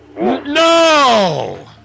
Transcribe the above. No